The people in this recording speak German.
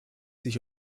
sich